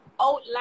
outline